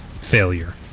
Failure